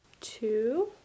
two